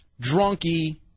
Drunky